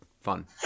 fun